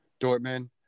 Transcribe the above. Dortmund